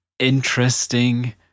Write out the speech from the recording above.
Interesting